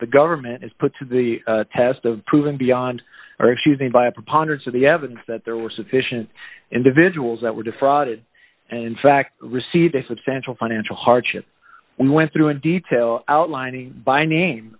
the government is put to the test of proving beyond all refusing by a preponderance of the evidence that there were sufficient individuals that were defrauded and in fact received a substantial financial hardship we went through in detail outlining by name